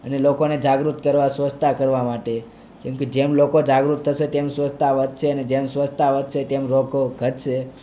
અને લોકોને જાગૃત કરવા સ્વચ્છતા કરવા માટે કેમ કે જેમ લોકો જાગૃત થશે તેમ સ્વચ્છતા વધશે અને જેમ સ્વછતા વધશે તેમ રોગો ઘટશે